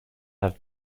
have